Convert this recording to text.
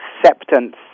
acceptance